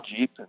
Jeep